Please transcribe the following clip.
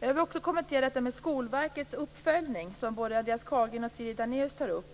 Jag vill också kommentera detta med Skolverkets uppföljning som både Andreas Carlgren och Siri Dannaeus tar upp.